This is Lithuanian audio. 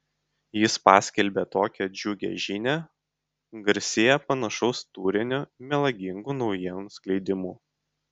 jis paskelbė tokią džiugią žinią garsėja panašaus turinio melagingų naujienų skleidimu